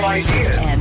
idea